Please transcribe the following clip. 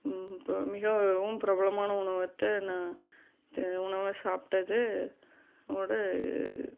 இப்போ மிகவும் பிரபலமான உணவகத்தை நான் த உணவாக சாப்பிட்டது ஓட இது